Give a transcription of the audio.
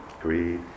Greed